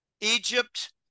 Egypt